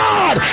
God